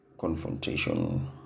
confrontation